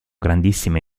grandissima